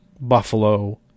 Buffalo